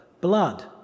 blood